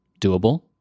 doable